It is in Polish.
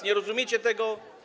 Nie rozumiecie tego?